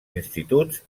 instituts